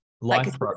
Life